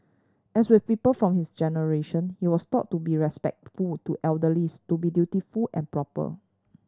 as with people from his generation he was taught to be respectful to elder lease to be dutiful and proper